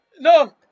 No